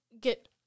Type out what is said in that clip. get